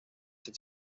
have